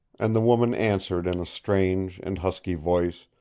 and the woman answered in a strange and husky voice.